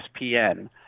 ESPN –